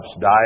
died